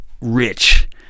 rich